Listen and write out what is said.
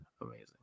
amazing